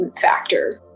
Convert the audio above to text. factor